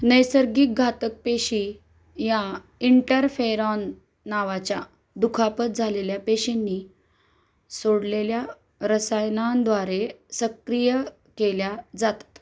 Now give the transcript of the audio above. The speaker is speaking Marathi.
नैसर्गिक घातक पेशी या इंटरफेरॉन नावाच्या दुखापत झालेल्या पेशीेंनी सोडलेल्या रसायनांद्वारे सक्रिय केल्या जातात